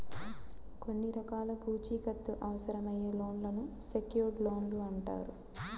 కొన్ని రకాల పూచీకత్తు అవసరమయ్యే లోన్లను సెక్యూర్డ్ లోన్లు అంటారు